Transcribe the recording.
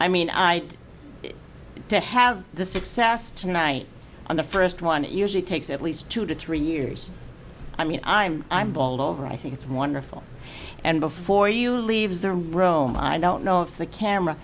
i mean i to have the success tonight on the first one it usually takes at least two to three years i mean i'm i'm bald over i think it's wonderful and before you leave the room i don't know if the camera